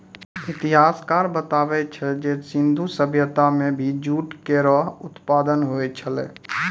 इतिहासकार बताबै छै जे सिंधु सभ्यता म भी जूट केरो उत्पादन होय छलै